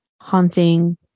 haunting